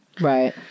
right